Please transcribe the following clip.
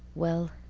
well,